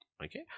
Okay